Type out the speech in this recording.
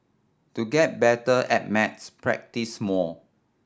to get better at maths practise more